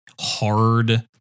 hard